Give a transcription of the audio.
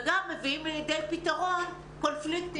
וגם מביאים לידי פתרון קונפליקטים בין המשרדים.